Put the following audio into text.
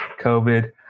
COVID